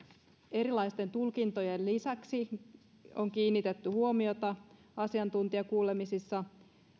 erilaisten tulkintojen lisäksi on kiinnitetty huomiota asiantuntijakuulemisissa